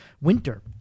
winter